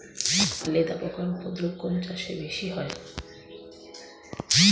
লেদা পোকার উপদ্রব কোন চাষে বেশি হয়?